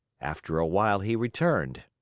after a while he returned.